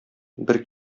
бер